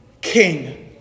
king